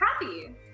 happy